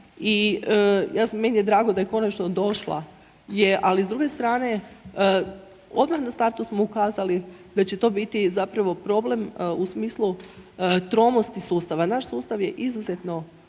i meni je drago da je konačno došla. Ali s druge strane odmah na startu smo ukazali da će to biti zapravo problem u smislu tromosti sustava. Naš sustav je izuzetno